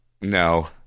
No